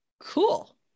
Cool